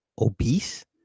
Obese